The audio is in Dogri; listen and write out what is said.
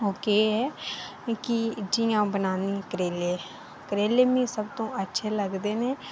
ओह् केह् ऐ कि जि'यां अ'ऊं बनान्नी करेले करेले मिं सब तूं अच्छे लगदे न